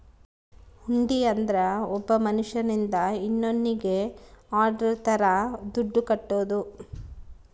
ಹುಂಡಿ ಅಂದ್ರ ಒಬ್ಬ ಮನ್ಶ್ಯನಿಂದ ಇನ್ನೋನ್ನಿಗೆ ಆರ್ಡರ್ ತರ ದುಡ್ಡು ಕಟ್ಟೋದು